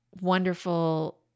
wonderful